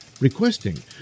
requesting